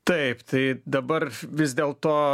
taip tai dabar vis dėlto